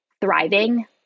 thriving